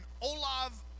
Olav